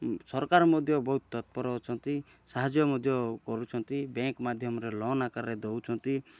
ସରକାର ମଧ୍ୟ ବହୁତ ତତ୍ପର ଅଛନ୍ତି ସାହାଯ୍ୟ ମଧ୍ୟ କରୁଛନ୍ତି ବ୍ୟାଙ୍କ୍ ମାଧ୍ୟମରେ ଲୋନ୍ ଆକାରରେ ଦେଉଛନ୍ତି